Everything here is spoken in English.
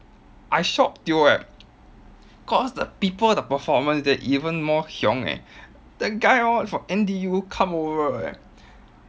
I shock tio eh cause the people the performance there even more hiong eh that guy hor from N_D_U come over eh